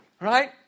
right